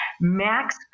Max